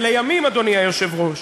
ולימים, אדוני היושב-ראש,